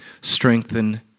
strengthen